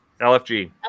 LFG